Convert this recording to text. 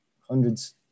hundreds